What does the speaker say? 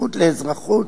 הזכות לאזרחות,